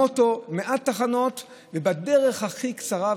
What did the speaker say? המוטו: מעט תחנות ובדרך הכי קצרה,